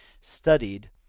studied